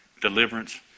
deliverance